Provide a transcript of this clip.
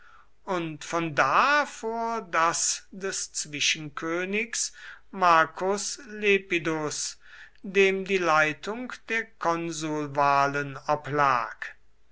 und von da vor das des zwischenkönigs marcus lepidus dem die leitung der konsulwahlen oblag